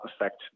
affect